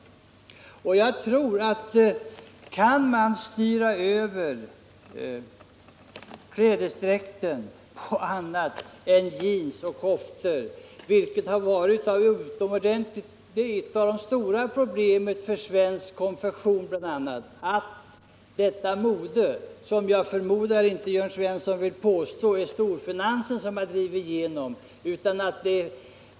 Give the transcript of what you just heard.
Detta faktum är ju en av de väsentliga förklaringarna till de problem den svenska konfektionen har. Kan man styra över klädedräkten till annat än jeans och kofta? Jag förmodar att Jörn Svensson inte vill påstå att det är storfinansen som drivit igenom detta mode.